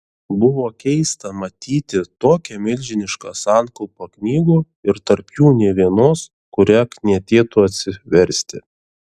buvo keista matyti tokią milžinišką sankaupą knygų ir tarp jų nė vienos kurią knietėtų atsiversti